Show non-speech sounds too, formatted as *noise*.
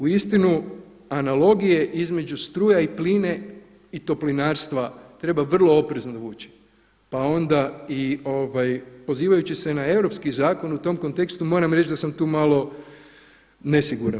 Uistinu analogije između struje i plina i toplinarstva treba vrlo oprezno … *unintelligible* pa onda i pozivajući se na europski zakon u tom kontekstu moram reći da sam tu malo nesiguran.